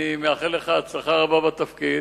אני מאחל לך הצלחה רבה בתפקיד,